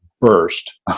burst